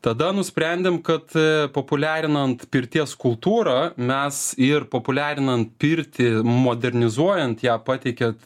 tada nusprendėm kad populiarinant pirties kultūrą mes ir populiarinam pirtį modernizuojant ją pateikiat